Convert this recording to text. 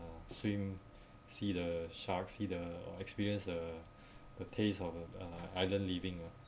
swim see the sharks see the experience uh the taste of the island living ah